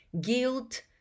guilt